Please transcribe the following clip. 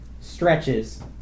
stretches